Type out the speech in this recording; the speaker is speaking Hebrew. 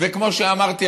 וכמו שאמרתי,